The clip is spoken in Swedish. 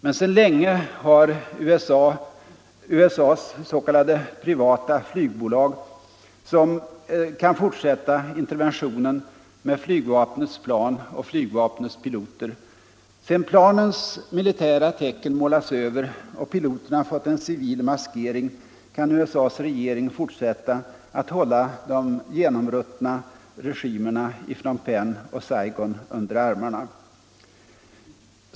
Men sedan länge har USA s.k. privata flygbolag, som kan fortsätta interventionen med flygvapnets plan och flygvapnets piloter. Sedan planens militära tecken målats över och piloterna fått en civil maskering kan USA:s regering fortsätta att hålla de genomruttna regimerna i Phnom Penh och Saigon under armarna.